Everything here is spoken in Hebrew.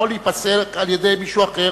יכול להיפסק על-ידי מישהו אחר,